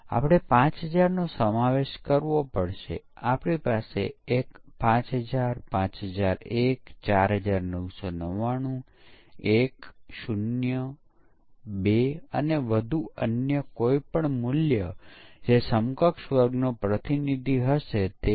તેથી આ વાત આપણે આગળ વધતાંની સાથે વિગતવાર જોઈશું કે ભૂલો સીડિંગ માટે આપણે સાવચેત રહેવું જોઈએ કે તમે ફક્ત કોઈ પણ મનસ્વી બગ ને સીડ આપી શકો નહીં